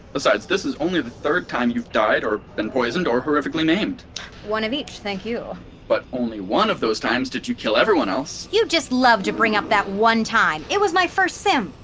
besides, this is only the third time you've died, or been poisoned, or horrifically maimed one of each, thank you but only one of those times did you kill everyone else! you just love to bring up that one time. it was my first sim!